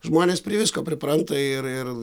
žmonės prie visko pripranta ir ir